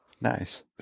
Nice